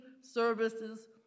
services